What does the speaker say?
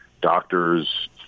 doctors